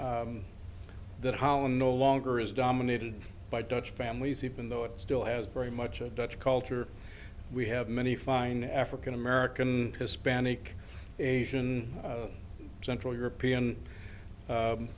holland no longer is dominated by dutch families even though it still has very much a dutch culture we have many fine african american hispanic asian central european